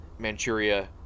Manchuria